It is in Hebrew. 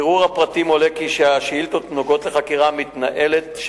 מבירור הפרטים עולה כי השאילתות נוגעות בחקירה המתנהלת,